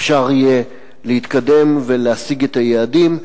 אפשר יהיה להתקדם ולהשיג את היעדים.